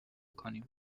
کنیم